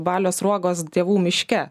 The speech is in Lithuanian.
balio sruogos dievų miške